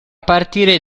partire